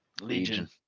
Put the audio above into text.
Legion